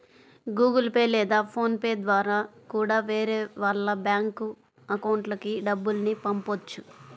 Google Pay లేదా PhonePe ద్వారా కూడా వేరే వాళ్ళ బ్యేంకు అకౌంట్లకి డబ్బుల్ని పంపొచ్చు